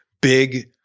big